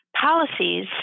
policies